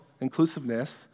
inclusiveness